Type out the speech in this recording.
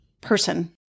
person